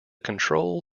control